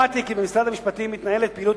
למדתי כי במשרד המשפטים מתנהלת פעילות